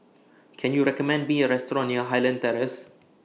Can YOU recommend Me A Restaurant near Highland Terrace